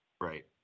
Right